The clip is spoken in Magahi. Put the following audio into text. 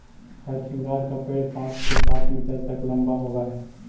हरसिंगार का पेड़ पाँच से सात मीटर तक लंबा होवअ हई